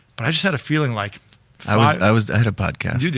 but i just had a feeling like i had a podcast. you did,